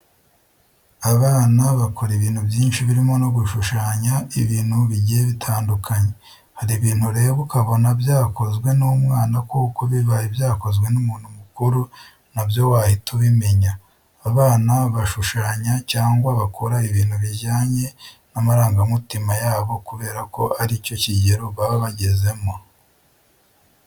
Abana bakora ibintu byinshi birimo no gushushanya ibintu bigiye bitandukanye. Hari ibintu ureba ukabona byakozwe n'umwana kuko bibaye byakozwe n'umuntu mukuru na byo wahita ubimenya. Abana bashushanya cyangwa bakora ibintu bijyanye n'amarangamutima yabo kubera ko ari cyo kigero baba bagezemo.